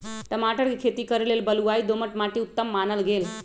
टमाटर कें खेती करे लेल बलुआइ दोमट माटि उत्तम मानल गेल